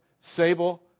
Sable